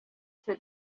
for